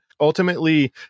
ultimately